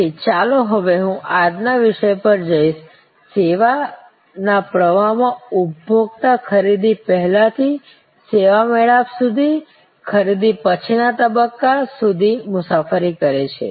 તેથી ચાલો હવે હું આજ ના વિષય પર જઈશ સેવાના પ્રવાહમાં ઉપભોક્તા ખરીદી પહેલાથી સેવા મેળાપ સુધી ખરીદી પછીના તબક્કા સુધી મુસાફરી કરે છે